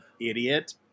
idiot